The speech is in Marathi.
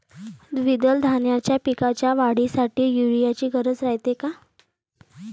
द्विदल धान्याच्या पिकाच्या वाढीसाठी यूरिया ची गरज रायते का?